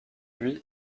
lui